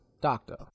doctor